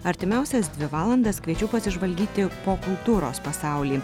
artimiausias dvi valandas kviečiu pasižvalgyti po kultūros pasaulį